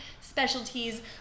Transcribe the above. specialties